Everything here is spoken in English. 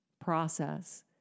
process